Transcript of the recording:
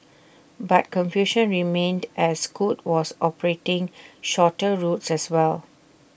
but confusion remained as scoot was operating shorter routes as well